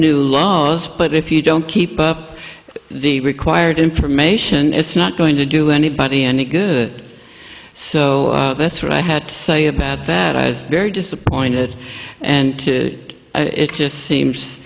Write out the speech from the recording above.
new laws but if you don't keep up the required information it's not going to do anybody any good so that's why i had to say about that i've very disappointed and it just seems